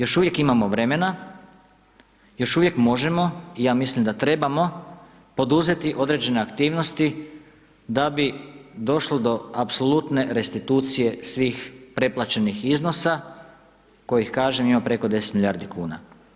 Još uvijek imamo vremena, još uvijek možemo i ja mislim da trebamo poduzeti određene aktivnosti, da bi došlo do apsolutne restitucije svih preplaćenih iznosa, koji kažem ima preko 10 milijardi kn.